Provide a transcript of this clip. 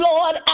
Lord